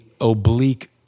oblique